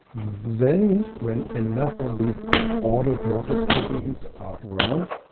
then when enough of these ordered water proteins are around,